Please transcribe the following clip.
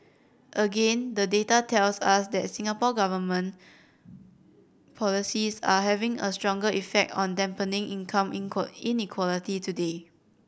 again the data tells us that Singapore Government policies are having a stronger effect on dampening income inequality today